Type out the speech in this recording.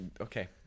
okay